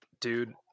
dude